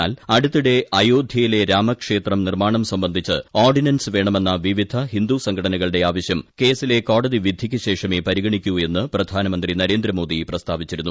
എന്നാൽ അടുത്തിടെ അയോദ്ധ്യയിലെ രാമക്ഷേത്ര നിർമ്മാണം സംബന്ധിച്ച് ഓർഡിനൻസ് വേണമെന്ന വിവിധ ഹിന്ദു സംഘടനകളുടെ ആവശ്യം കേസിലെ കോടതി വിധിയ്ക്ക് ശേഷമേ പരിഗണിക്കൂ എന്ന് പ്രധാനമന്ത്രി നരേന്ദ്രമോദി പ്രസ്താവിച്ചിരുന്നു